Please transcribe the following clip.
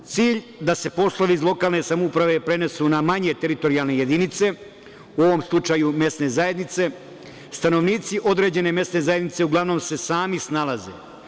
Cilj da se poslovi iz lokalne samouprave prenesu na manje teritorijalne jedinice,u ovom slučaju mesne zajednice, stanovnici određene mesne zajednice uglavnom se sami snalaze.